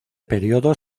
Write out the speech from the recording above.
periodo